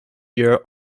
year